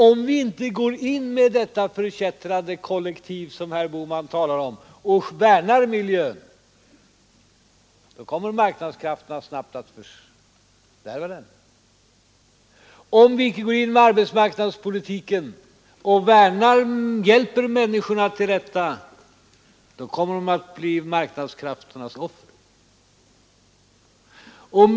Om vi inte går in med detta förkättrade kollektiv som herr Bohman talar om och värnar miljön, kommer marknadskrafterna snabbt att fördärva den. Om vi icke går in med arbetsmarknadspolitiken och hjälper människorna till rätta, kommer de att bli marknadskrafternas offer.